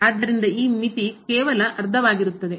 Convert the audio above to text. ಆದ್ದರಿಂದ ಈ ಮಿತಿ ಕೇವಲ ಅರ್ಧವಾಗಿರುತ್ತದೆ